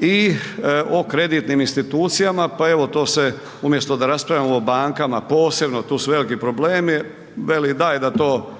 i o kreditnim institucijama pa evo to da se, umjesto da raspravljamo o bankama posebno, tu su veliki problemi, veli daj da to